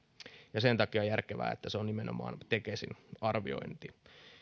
sen takia on järkevää että se on nimenomaan tekesin arviointi